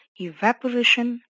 evaporation